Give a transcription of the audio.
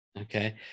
Okay